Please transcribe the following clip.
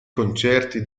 concerti